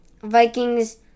Vikings